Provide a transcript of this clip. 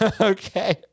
Okay